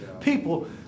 people